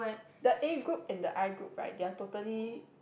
the A group and the I group right they are totally